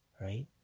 Right